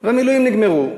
המילואים נגמרו,